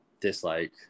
Dislike